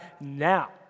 now